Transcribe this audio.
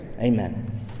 Amen